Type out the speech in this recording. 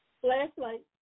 Flashlight